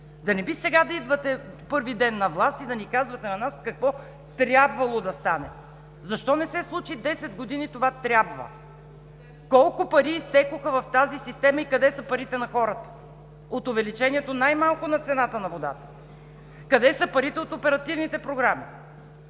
Да не би сега да идвате първи ден на власт и да ни казвате на нас какво трябвало да стане? Защо не се случи десет години това „трябва“? Колко пари изтекоха в тази система и къде са парите на хората, най-малко от увеличението на цената на водата? Къде са парите от оперативните програми?